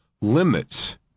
limits